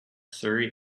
surrey